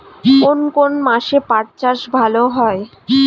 কোন কোন মাসে পাট চাষ ভালো হয়?